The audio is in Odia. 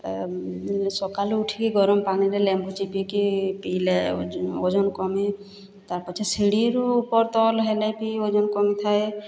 ସକାଲୁ ଉଠିକି ଗରମ୍ ପାନିରେ ଲେମ୍ବୁ ଚିପିକି ପିଇଲେ ଓଜନ୍ କମେ ତାର୍ ପଛେ ସିଢ଼ିରୁ ଉପର୍ ତଲ୍ ହେଲେ ବି ଓଜନ୍ କମିଥାଏ